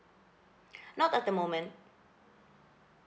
not at the moment